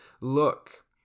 look